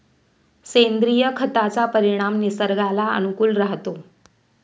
सेंद्रिय खताचा परिणाम निसर्गाला अनुकूल राहतो